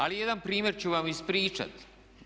Ali jedan primjer ću vam ispričati.